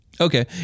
Okay